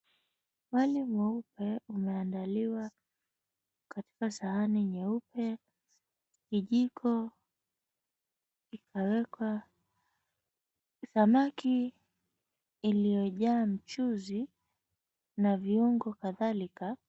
Wali mweupe, umeandaliwa katika sahani nyeupe, kijiko kikawekwa. Samaki iliyojaa mchuzi na viungo kadhalika.